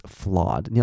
flawed